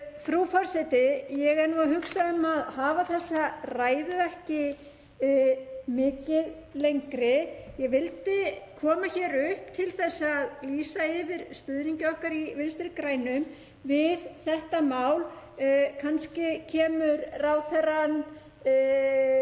Frú forseti. Ég er að hugsa um að hafa þessa ræðu ekki mikið lengri. Ég vildi koma hér upp til að lýsa yfir stuðningi okkar í Vinstri grænum við þetta mál. Kannski kemur ráðherrann